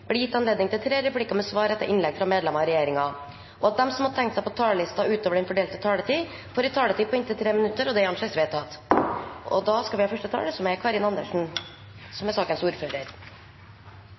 blir gitt anledning til tre replikker med svar etter innlegg fra medlemmer av regjeringen, og at de som måtte tegne seg på talerlisten utover den fordelte taletid, får en taletid på inntil 3 minutter. – Det anses vedtatt. I denne saken, som